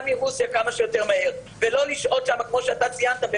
מרוסיה כמה שיותר מהר ולא לשהות שם כמו שאתה ציינת,